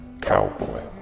cowboy